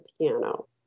piano